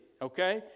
Okay